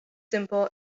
simple